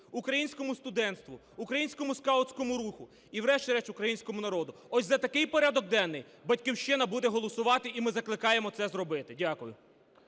українському студентству, українському скаутському руху і, врешті-решт, українському народу? Ось за такий порядок денний "Батьківщина" буде голосувати, і ми закликаємо це зробити. Дякую.